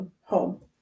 home